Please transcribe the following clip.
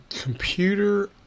computer